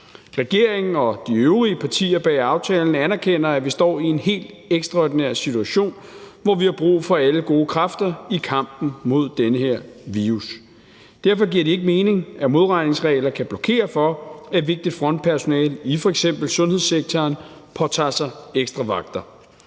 Regeringen og de øvrige partier bag aftalen anerkender, at vi står i en helt ekstraordinær situation, hvor vi har brug for alle gode kræfter i kampen mod den her virus. Derfor giver det ikke mening, at modregningsregler kan blokere for, at vigtigt frontpersonale i f.eks. sundhedssektoren påtager sig ekstra vagter.